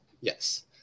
Yes